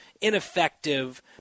ineffective